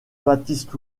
baptiste